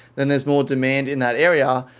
then there's more demand in that area.